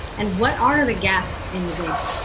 and what are the gaps in the data?